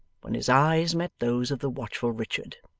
when his eyes met those of the watchful richard.